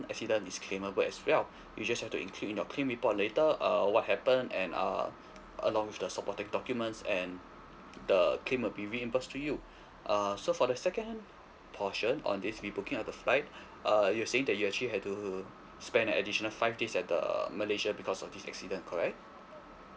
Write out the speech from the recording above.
accident is claimable as well you just have to include in your claim report later err what happened and err along with the supporting documents and the claim will be reimbursed to you err so for the second portion on this re-booking of the flight uh you're saying that you actually have to spend additional five days at the malaysia because of this accident correct